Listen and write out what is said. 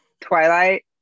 twilight